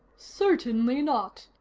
certainly not,